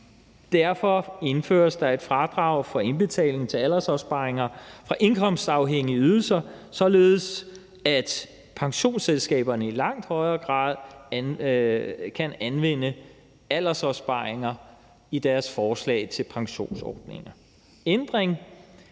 Derfor indføres der et fradrag for indbetaling til aldersopsparinger fra indkomstafhængige ydelser, således at pensionsselskaberne i langt højere grad kan anvende aldersopsparinger i deres forslag til pensionsordninger. Ændringen